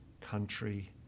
country